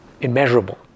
immeasurable